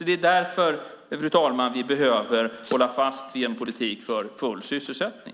Det är därför, fru talman, vi behöver hålla fast vid en politik för full sysselsättning.